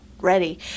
ready